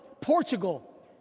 Portugal